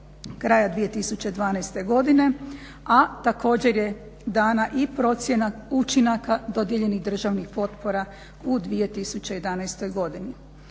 kraja 2012. A također je dana i procjena učinaka dodijeljenih državnih potpora u 2011. godini.